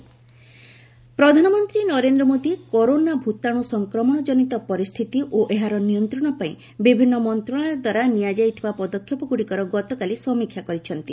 PM corona ପ୍ରଧାନମନ୍ତ୍ରୀ Narendra Modi corona ଭୂତାଣୁ ସଂକ୍ରମଣ ଜନିତ ପରିସ୍ଥିତି ଓ ଏହାର ନିୟନ୍ତ୍ରଣ ପାଇଁ ବିଭିନ୍ନ ମନ୍ତ୍ରଣାଳୟ ଦ୍ୱାରା ନିଆଯାଇଥିବା ପଦକ୍ଷେପଗୁଡ଼ିକର ଗତକାଲି ସମୀକ୍ଷା କରିଛନ୍ତି